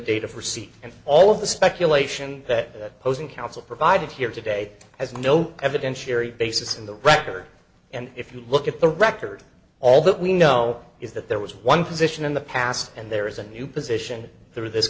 date of receipt and all of the speculation that opposing counsel provided here today has no evidentiary basis in the record and if you look at the record all that we know is that there was one position in the past and there is a new position there in this